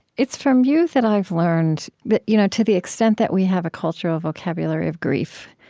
it's from you that i've learned that, you know to the extent that we have a cultural vocabulary of grief,